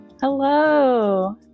Hello